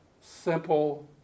simple